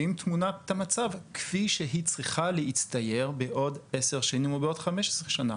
ועם תמונת המצב כפי שהיא צריכה להצטייר בעוד עשר שנים או בעוד 15 שנה,